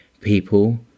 people